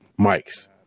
mics